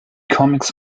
comics